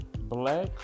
black